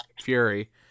Fury